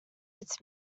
its